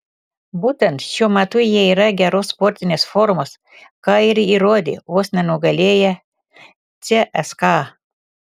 būtent šiuo metu jie yra geros sportinės formos ką ir įrodė vos nenugalėję cska